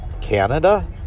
Canada